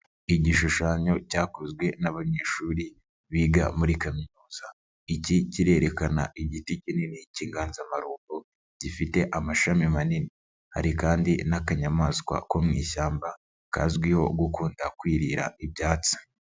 Igishushanyo cyakozwe n'abanyeshuri biga muri kaminuza, iki kirerekana igiti kinini k'iganzamarumbo, gifite amashami manini. Hari kandi n'akanyamaswa ko mu ishyamba, kazwiho gukunda kwirira ibyatsi.